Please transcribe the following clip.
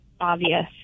obvious